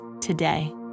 today